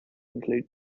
include